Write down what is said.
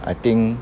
I think